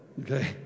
okay